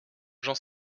j’en